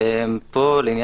א'